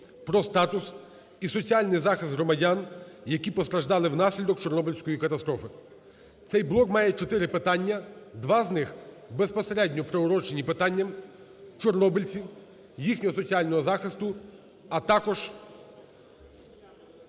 "Про статус і соціальний захист громадян, які постраждали внаслідок Чорнобильської катастрофи". Цей блок має чотири питання. Два з них безпосередньо приурочені питанням чорнобильців, їхнього соціального захисту, а також